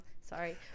Sorry